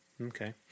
Okay